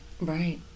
Right